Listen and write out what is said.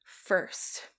first